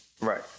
Right